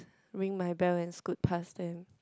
ring my bell and scoot pass them